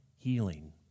healing